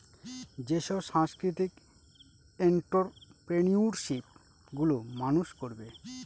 যেসব সাংস্কৃতিক এন্ট্ররপ্রেনিউরশিপ গুলো মানুষ করবে